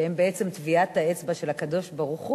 שהם בעצם טביעת האצבע של הקדוש-ברוך-הוא,